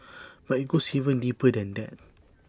but IT goes even deeper than that